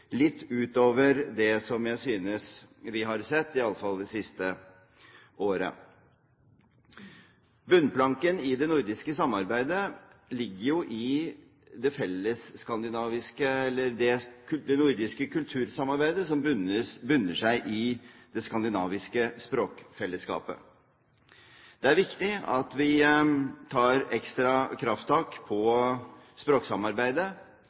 litt utover det som jeg synes vi har sett iallfall det siste året. Bunnplanken i det nordiske samarbeidet ligger i det fellesskandinaviske, eller det nordiske kultursamarbeidet, som bunner i det skandinaviske språkfellesskapet. Det er viktig at vi tar ekstra krafttak på språksamarbeidet,